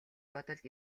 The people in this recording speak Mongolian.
бодол